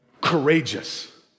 courageous